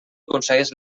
aconsegueix